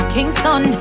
Kingston